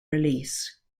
release